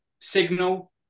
signal